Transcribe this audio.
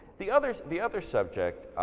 the other the other subject